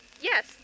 yes